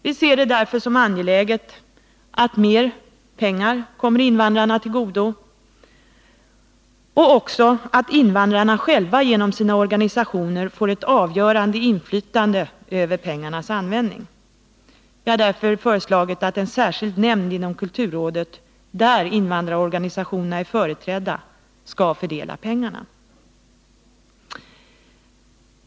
Vi anser det därför som angeläget att mer pengar kommer invandrarna till godo och att invandrarna själva genom sina organisationer får ett avgörande inflytande över pengarnas användning. Vi har därför föreslagit att en särskild nämnd inom kulturrådet, där invandrarorganisationerna är företrädda, skall fördela pengarna.